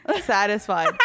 satisfied